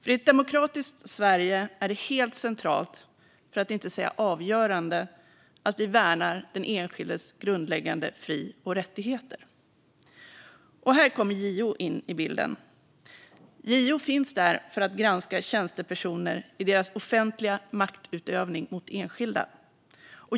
I ett demokratiskt Sverige är det helt centralt, för att inte säga avgörande, att vi värnar den enskildes grundläggande fri och rättigheter. Här kommer JO in i bilden. JO finns där för att granska tjänstepersoner i deras offentliga maktutövning mot enskilda.